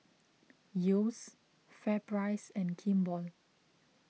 Yeo's FairPrice and Kimball